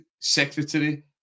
secretary